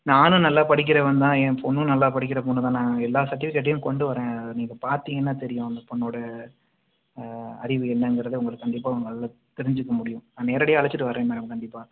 நானும் நல்லா படிக்கிறவன் தான் என் பொண்ணும் நல்லா படிக்கிற பொண்ணு தான் எல்லா சர்டிஃபிகேட்டையும் கொண்டு வரேன் அதை நீங்கள் பார்த்தீங்கனா தெரியும் அந்த பொண்ணோட அறிவு என்னங்குறத உங்களுக்கு கண்டிப்பாக உங்களுக்கு தெரிஞ்சிக்க முடியும் நான் நேரடியாக அழைச்சிட்டு வரேன் மேம் கண்டிப்பாக